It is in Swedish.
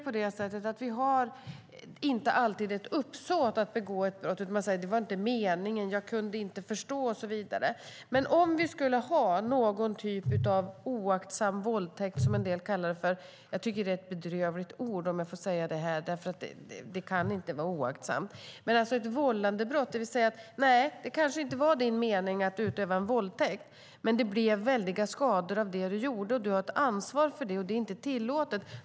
Man har inte alltid ett uppsåt att begå ett brott. Man säger att det inte var meningen, jag kunde inte förstå, och så vidare. Men det vore bra om det fanns någon typ av oaktsam våldtäkt, som en del kallar det för - jag tycker att det är ett bedrövligt ord, om jag får säga det här, därför att det inte kan vara oaktsamt - ett vållandebrott. Då kan vi säga: Nej, det kanske inte var din mening att begå en våldtäkt, men det blev väldiga skador av det du gjorde och du har ett ansvar för det, för det är inte tillåtet.